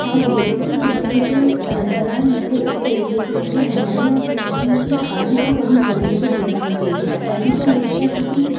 हाँ भोजन से संबन्धित जो परम्पराएँ हैं वो इस तरीके से हैं कि कहते हैं हमारे यहाँ थाली को कभी जमीन पे नहीं रखना चाहिए थाली को हमेशा किसी